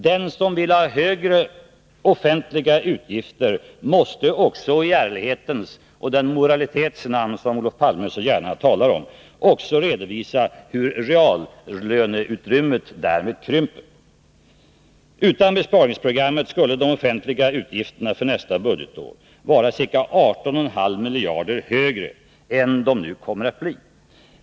Den som vill ha högre offentliga utgifter måste också i ärlighetens och den moralitets namn som Olof Palme så gärna talar om också redovisa hur reallöneutrymmet därmed krymper. Utan besparingsprogrammet skulle de offentliga utgifterna för nästa budgetår vara ca 18,5 miljarder högre än de nu kommer att bli.